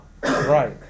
right